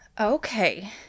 okay